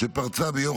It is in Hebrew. שפרצה ביום